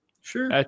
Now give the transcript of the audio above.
Sure